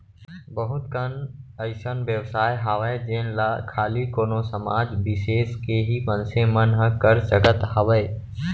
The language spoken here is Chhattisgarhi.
बहुत कन अइसन बेवसाय हावय जेन ला खाली कोनो समाज बिसेस के ही मनसे मन ह कर सकत हावय